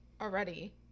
already